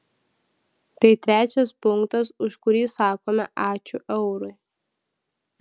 tai trečias punktas už kurį sakome ačiū eurui